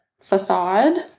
facade